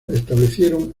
establecieron